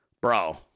Bro